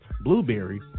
Blueberry